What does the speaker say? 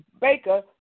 baker